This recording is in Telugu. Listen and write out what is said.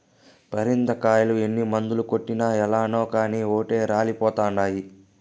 పరింద కాయలు ఎన్ని మందులు కొట్టినా ఏలనో కానీ ఓటే రాలిపోతండాయి